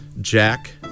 Jack